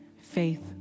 Faith